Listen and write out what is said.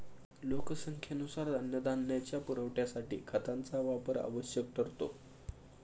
लोकसंख्येनुसार अन्नधान्याच्या पुरवठ्यासाठी खतांचा वापर आवश्यक ठरतो